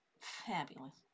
Fabulous